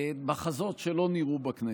מחזות שלא נראו בכנסת.